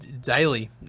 Daily